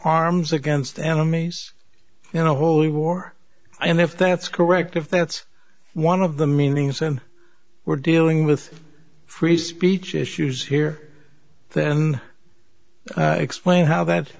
arms against enemies in a holy war and if that's correct if that's one of the meanings then we're dealing with free speech issues here then explain how that